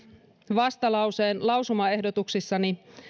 vastalauseen lausumaehdotuksissani myös